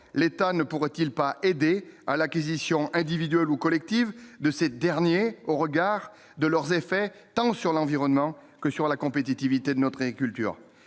l'État ne pourrait-il pas aidé à l'acquisition, individuelle ou collective de ces derniers au regard de leurs effets tant sur l'environnement que sur la compétitivité de notre agriculture,